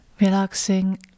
relaxing